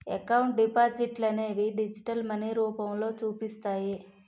account డిపాజిట్లనేవి digital money రూపంలో చూపిస్తాయి